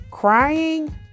Crying